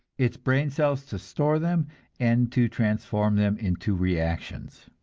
its brain cells to store them and to transform them into reactions.